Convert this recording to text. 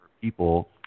people